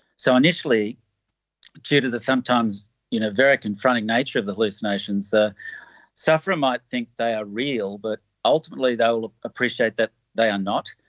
so initially due to the sometimes you know very confronting nature of the hallucinations, the sufferer might think they are real but ultimately they will appreciate that they are not.